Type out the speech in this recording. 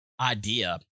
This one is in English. idea